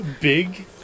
Big